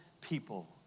people